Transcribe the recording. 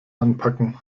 anpacken